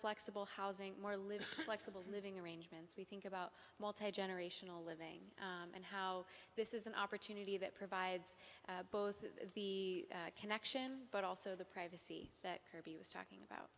flexible housing more live living arrangements we think about multigenerational living and how this is an opportunity that provides both the connection but also the privacy that kirby was talking about